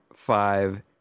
five